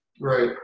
Right